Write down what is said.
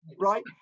right